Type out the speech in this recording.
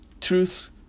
Truth